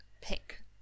pick